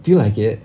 do you like it